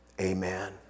Amen